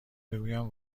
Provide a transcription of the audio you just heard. بگویم